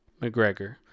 McGregor